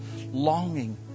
longing